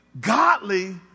godly